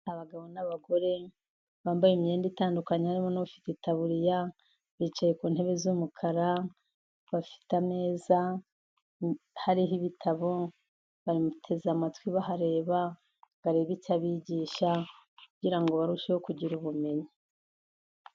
Abagabo n'abagore bambaye imyenda itandukanye barimo nabafite itaburiya bicaye ku ntebe z'umukara, bafite ameza hariho ibitabo bamuteze amatwi bahareba barebe icyo abigisha kugira ngo barusheho kugira ubumenyi.